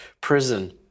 Prison